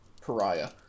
pariah